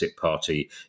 party